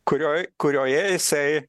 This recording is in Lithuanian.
kurioj kurioje jisai